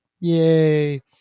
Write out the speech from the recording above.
Yay